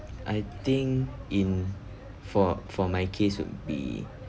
I think in for for my case would be